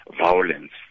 violence